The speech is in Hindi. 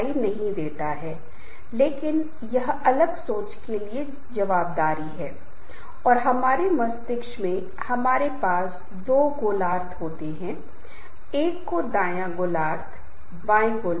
एडहॉक कमिटी एक विशिष्ट शिकायत को हल करने के लिए बनाई गई अस्थायी समूह हैं जो गठन में होती हैं कुछ अनुशासनात्मक समितियां बनाई जाती हैं और 3 4 सदस्य इस मामले को देखने के लिए एक समूह बनाते हैं और ये बातें बहुत सरल नहीं हैं काफी जटिल और आधारित हैं अपने अनुभव ज्ञान और ज्ञान के आधार पर उन्हें किसी प्रकार का निर्णय लेना होता है